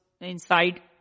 inside